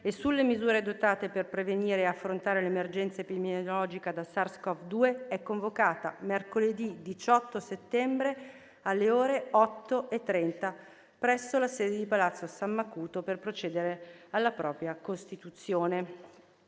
e sulle misure adottate per prevenire e affrontare l'emergenza epidemiologica da SARS-CoV-2 è convocata mercoledì 18 settembre alle ore 8,30 presso la sede di Palazzo San Macuto per procedere alla propria costituzione.